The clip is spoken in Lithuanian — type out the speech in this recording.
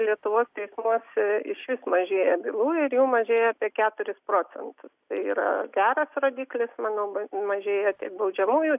lietuvos teismuose išvis mažėja bylų ir jų mažėja apie keturis procentus tai yra geras rodiklis manau mažėja tiek baudžiamųjų